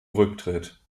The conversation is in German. rücktritt